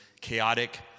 chaotic